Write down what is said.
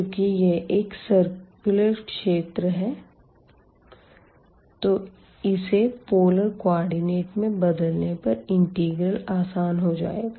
चूँकि यह एक सर्कुलर क्षेत्र है तो इसे पोलर कोऑर्डिनेट में बदलने पर इंटेग्रेशन आसान हो जाएगा